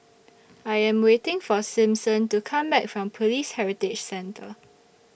I Am waiting For Simpson to Come Back from Police Heritage Centre